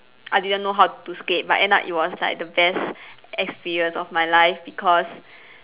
I didn't know how to skate but end up it was like the best experience of my life because